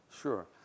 Sure